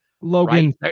Logan